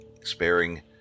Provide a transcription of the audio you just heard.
sparing